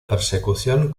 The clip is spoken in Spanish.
persecución